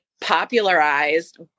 popularized